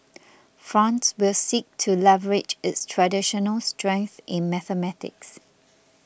France will seek to leverage its traditional strength in mathematics